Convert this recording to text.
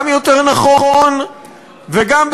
גם יותר נכון וגם,